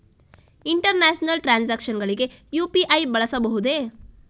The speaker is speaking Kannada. ಇಂಟರ್ನ್ಯಾಷನಲ್ ಟ್ರಾನ್ಸಾಕ್ಷನ್ಸ್ ಗಳಿಗೆ ಯು.ಪಿ.ಐ ಬಳಸಬಹುದೇ?